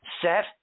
Set